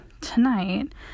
tonight